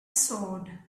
sword